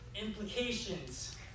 implications